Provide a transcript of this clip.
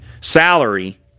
salary